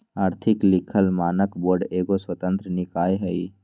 आर्थिक लिखल मानक बोर्ड एगो स्वतंत्र निकाय हइ